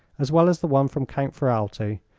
as well as the one from count ferralti,